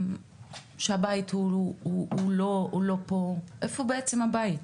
שהבית הוא לא פה, איפה בעצם הבית?